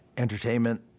entertainment